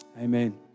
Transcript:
Amen